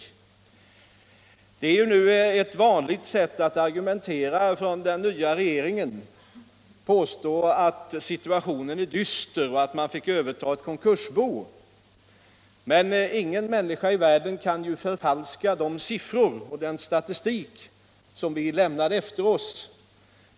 Det är ett vanligt sätt för den nya regeringen att argumentera: att påstå att situationen är dyster och att regeringen fick överta ett konkursbo. Men ingen människa i världen kan förfalska de siffror och den statistik som vi lämnade efter oss.